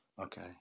Okay